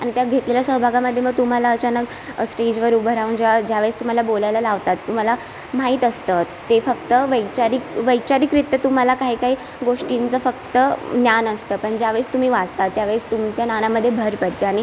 आणि त्या घेतलेल्या सहभागामध्ये मग तुम्हाला अचानक स्टेजवर उभं राहून जेव्हा ज्यावेळेस तुम्हाला बोलायला लावतात तुम्हाला माहीत असतं ते फक्त वैचारिक वैचारिकरित्या तुम्हाला काही काही गोष्टींचं फक्त ज्ञान असतं पण ज्यावेळेस तुम्ही वाचता त्यावेळेस तुमच्या ज्ञानामध्ये भर पडते आणि